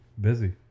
Busy